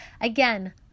Again